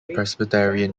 presbyterian